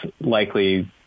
likely